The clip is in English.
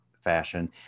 fashion